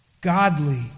godly